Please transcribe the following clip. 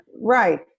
right